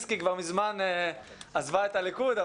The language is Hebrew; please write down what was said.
ז'בוטינסקי מזמן עזבה את הליכוד,